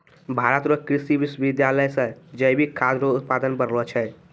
भारत रो कृषि विश्वबिद्यालय से जैविक खाद रो उत्पादन बढ़लो छै